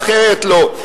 ואחרת לא.